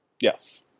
Yes